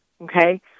okay